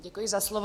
Děkuji za slovo.